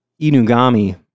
Inugami